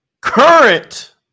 current